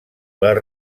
les